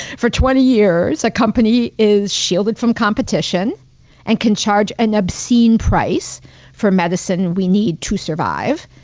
for twenty years, a company is shielded from competition and can charge an obscene price for medicine we need to survive.